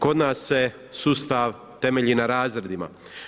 Kod nas se sustav temelji na razredima.